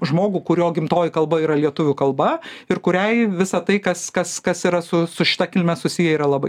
žmogų kurio gimtoji kalba yra lietuvių kalba ir kuriai visa tai kas kas kas yra su su šita kilme susiję yra labai